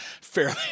fairly